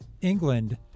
England